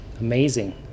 Amazing